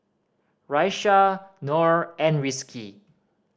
Raisya Nor and Rizqi